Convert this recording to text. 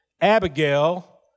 Abigail